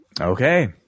okay